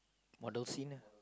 model scene ah